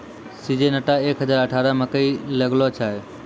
Syngenta एक हजार अठारह मकई लगैलो जाय?